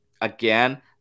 again